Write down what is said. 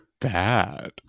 bad